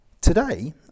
today